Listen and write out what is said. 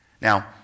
Now